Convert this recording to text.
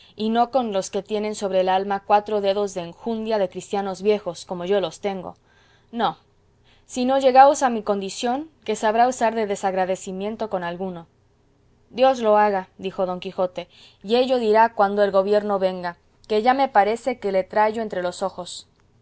y no con los que tienen sobre el alma cuatro dedos de enjundia de cristianos viejos como yo los tengo no sino llegaos a mi condición que sabrá usar de desagradecimiento con alguno dios lo haga dijo don quijote y ello dirá cuando el gobierno venga que ya me parece que le trayo entre los ojos